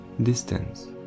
distance